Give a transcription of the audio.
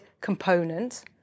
component